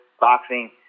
boxing